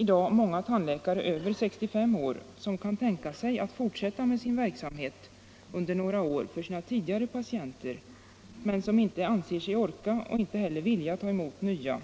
i dag många tandläkare över 65 år som kan tänka sig att fortsätta verksamheten under några år för sina tidigare patienter men som inte anser sig orka och inte heller vill ta emot nya.